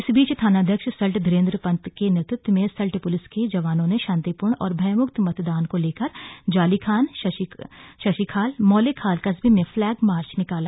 इस बीच थानाध्यक्ष सल्ट धीरेन्द्र पन्त के नेतृत्व में सल्ट प्लिस के जवानों ने शांतिपूर्ण और भयमुक्त मतदान को लेकर जालीखान शशिखाल मौलेखाल कस्बे में फ्लैग मार्च निकाला